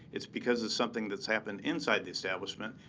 it's because it's something that's happened inside the establishment.